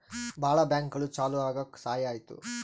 ಭಾಳ ಬ್ಯಾಂಕ್ಗಳು ಚಾಲೂ ಆಗಕ್ ಸಹಾಯ ಆಯ್ತು